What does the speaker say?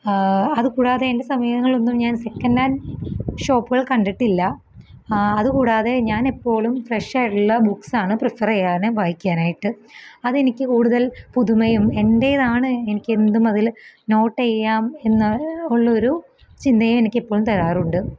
അതുകൂടാതെ എന്റെ സമയങ്ങളൊന്നും ഞാന് സെക്കൻടാന്ഡ് ഷോപ്പുകള് കണ്ടിട്ടില്ല അതുകൂടാതെ ഞാന് എപ്പോഴും ഫ്രെഷായിട്ടുള്ള ബുക്സ്സാണ് പ്രിഫെറ് ചെയ്യാൻ വായിക്കാനായിട്ട് അതെനിക്ക് കൂട്തല് പുതുമയും എന്റെതാണ് എനിക്കെന്തും അതിൽ നോട്ട് ചെയ്യാം എന്ന് ഉള്ളൊരു ചിന്തയും എനിക്കെപ്പോഴും തരാറുണ്ട്